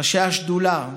ראשי השדולה.